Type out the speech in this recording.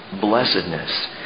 blessedness